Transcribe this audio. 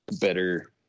better